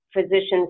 physicians